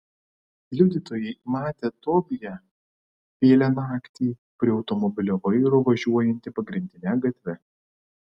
liudytojai matę tobiją vėlią naktį prie automobilio vairo važiuojantį pagrindine gatve